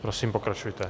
Prosím, pokračujte.